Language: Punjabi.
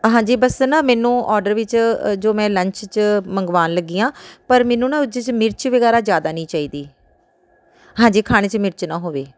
ਹਾਂਜੀ ਬਸ ਨਾ ਮੈਨੂੰ ਔਡਰ ਵਿੱਚ ਜੋ ਮੈਂ ਲੰਚ 'ਚ ਮੰਗਵਾਉਣ ਲੱਗੀ ਹਾਂ ਪਰ ਮੈਨੂੰ ਨਾ ਉਸ 'ਚ ਮਿਰਚ ਵਗੈਰਾ ਜ਼ਿਆਦਾ ਨਹੀਂ ਚਾਹੀਦੀ ਹਾਂਜੀ ਖਾਣੇ 'ਚ ਮਿਰਚ ਨਾ ਹੋਵੇ